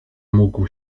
mógł